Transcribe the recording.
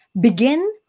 begin